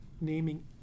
naming